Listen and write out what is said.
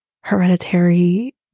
hereditary